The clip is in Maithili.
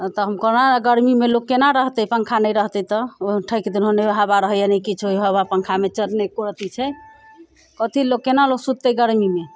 तऽ हम कोना गरमीमे लोक केना रहतै पङ्खा नहि रहतै तऽ ओ ठकि देलहुँ हँ नहि हवा रहैया नहि किछु हवा पङ्खामे नहि एको रति छै कथी लोक केना लोक सुततै गरमीमे